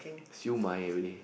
siew-mai everyday